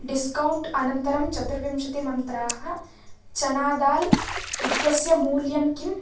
discount अनन्तरं चतुर्विंशति मन्त्राः चनादाल् इत्यस्य मूल्यं किम्